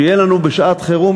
שיהיה לנו בשעת חירום,